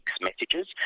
messages